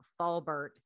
falbert